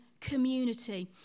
community